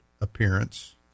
appearance